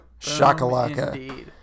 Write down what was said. shakalaka